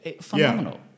Phenomenal